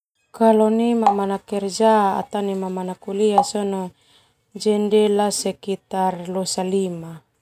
Nai mamana kuliah sona jendela sekitar losa lima.